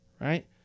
right